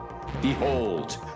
Behold